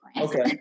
okay